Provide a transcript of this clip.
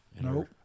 no